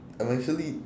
I'm actually